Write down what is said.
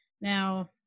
now